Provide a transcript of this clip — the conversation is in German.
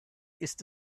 ist